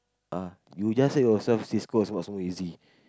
ah you just said yourself Cisco what so easy